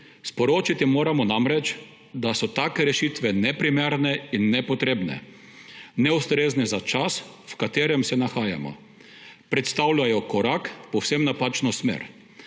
Sporočiti moramo namreč, da so take rešitve neprimerne in nepotrebne, neustrezne za čas, v katerem se nahajamo, predstavljajo korak v povsem napačno smer.